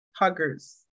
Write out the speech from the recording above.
huggers